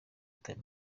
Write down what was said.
batawe